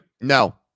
No